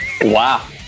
Wow